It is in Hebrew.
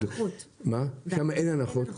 ושמה אין הנחות,